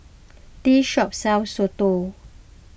this shop sells Soto